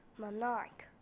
monarch